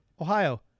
Ohio